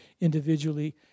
individually